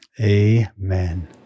Amen